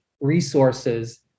resources